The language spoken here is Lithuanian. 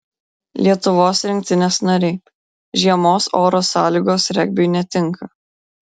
lietuvos rinktinės nariai žiemos oro sąlygos regbiui netinka